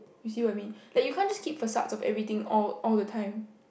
you see what I mean like you can't just keep facades of everything all all the time